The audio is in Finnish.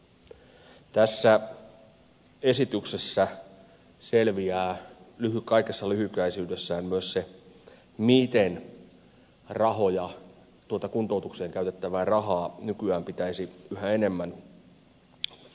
tässä esityksessä selviää kaikessa lyhykäisyydessään myös se miten tuota kuntoutukseen käytettävää rahaa nykyään pitäisi yhä enemmän suunnata